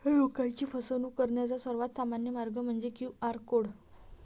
लोकांची फसवणूक करण्याचा सर्वात सामान्य मार्ग म्हणजे क्यू.आर कोड